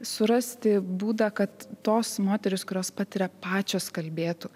surasti būdą kad tos moterys kurios patiria pačios kalbėtų